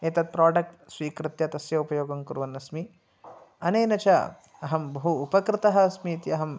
एतत् प्राडक्ट् स्वीकृत्य तस्य उपयोगं कुर्वन्नस्मि अनेन च अहं बहु उपकृतः अस्मि इति अहं